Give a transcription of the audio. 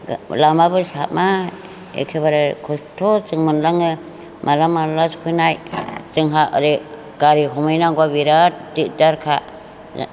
लामाबो साबा एखेबारे खस्त'सो मोनलाङो माला माला सफैनाय जोंहा ओरै गारि हमहैनांगौआ बिराद दिगदारखा